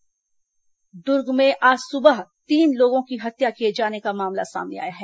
दुर्ग हत्या दुर्ग में आज सुबह तीन लोगों की हत्या किए जाने का मामला सामने आया है